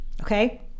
Okay